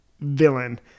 villain